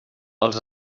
els